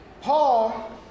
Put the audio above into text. Paul